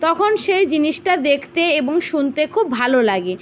তখন সেই জিনিসটা দেখতে এবং শুনতে খুব ভালো লাগে